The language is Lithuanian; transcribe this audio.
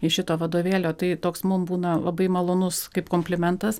iš šito vadovėlio tai toks mum būna labai malonus kaip komplimentas